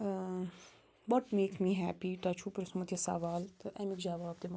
وَٹ make me happy تۄہہِ چھُو پرٛژھمُت یہِ سوال تہٕ اَمیُک جواب دِمو بہٕ تۄہہِ